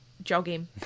Jogging